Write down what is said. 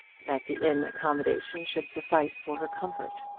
that the inn accommodation should suffice for her comfort!